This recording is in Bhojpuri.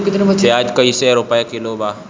प्याज कइसे रुपया किलो बा?